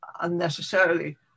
unnecessarily